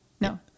no